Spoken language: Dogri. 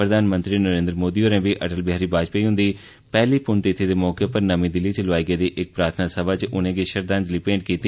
प्रधानमंत्री नरेन्द्र मोदी होरें बी अटल बिहारी वाजपेयी हुंदी पैह्ली पुन्नतिथि दे मौके उप्पर नमीं दिल्ली च लोआई गेदी इक प्रार्थना सभा च उनें'गी श्रद्धांजलि मेंट कीती